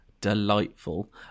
delightful